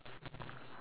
what